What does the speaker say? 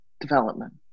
development